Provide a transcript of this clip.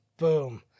Boom